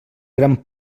gran